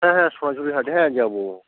হ্যাঁ হ্যাঁ সোনা ঝুড়ির হাট হ্যাঁ যাবো